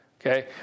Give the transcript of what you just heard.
okay